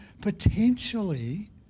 potentially